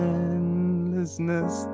endlessness